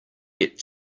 get